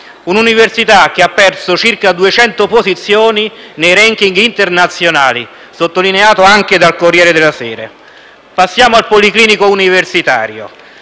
Un'università che ha perso circa 200 posizioni nei *ranking* internazionali, come sottolineato anche dal «Corriere della sera». Passiamo al policlinico universitario: